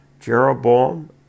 jeroboam